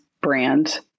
brand